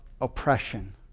oppression